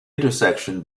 intersection